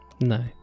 No